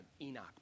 Enoch